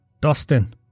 Dustin